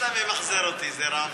אתה ממחזר אותי, זה רע מאוד.